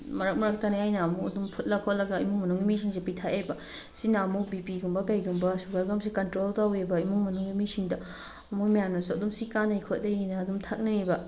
ꯃꯔꯛ ꯃꯔꯛꯇꯅꯦ ꯑꯩꯅ ꯑꯃꯨꯛ ꯑꯗꯨꯝ ꯐꯨꯠꯂ ꯈꯣꯠꯂꯒ ꯏꯃꯨꯡ ꯃꯅꯨꯡꯒꯤ ꯃꯤꯁꯤꯡꯁꯦ ꯄꯤꯊꯛꯑꯦꯕ ꯁꯤꯅ ꯑꯃꯨꯛ ꯕꯤ ꯄꯤꯒꯨꯝꯕ ꯀꯔꯤꯒꯨꯝꯕ ꯁꯨꯒꯔꯒꯨꯝꯕꯁꯦ ꯀꯟꯇ꯭ꯔꯣꯜ ꯇꯧꯋꯦꯕ ꯏꯃꯨꯡ ꯃꯅꯨꯡꯒꯤ ꯃꯤꯁꯤꯡꯗ ꯃꯣꯏ ꯃꯌꯥꯝꯅꯁꯨ ꯑꯗꯨꯝ ꯁꯤ ꯀꯥꯟꯅꯩ ꯈꯣꯠꯅꯩꯑꯅ ꯑꯗꯨꯝ ꯊꯛꯅꯩꯑꯕ